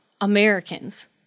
Americans